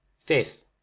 fifth